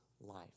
life